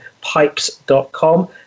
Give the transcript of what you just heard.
pipes.com